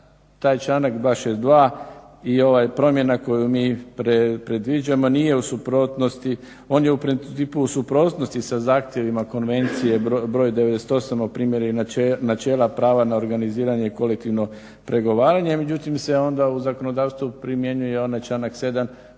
taj članak 262. i ova promjena koju mi predviđamo nije u suprotnosti, on je u principu u suprotnosti sa zahtjevima Konvencije br. 98 o primjeni načela prava na organiziranje i kolektivno pregovaranje, međutim se onda u zakonodavstvu primjenjuje onaj članak 7.